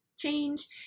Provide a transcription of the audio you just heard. change